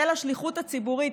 של השליחות הציבורית.